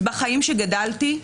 כי בחיים שגדלתי,